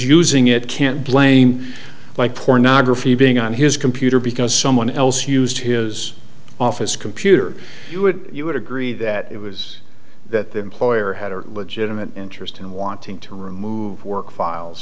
using it can't blame like pornography being on his computer because someone else used his office computer you would you would agree that it was that the employer had a legitimate interest in wanting to remove work files